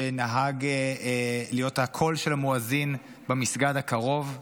שנהג להיות הקול של המואזין במסגד הקרוב.